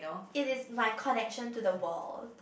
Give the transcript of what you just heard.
it is my connection to the world